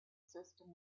system